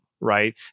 right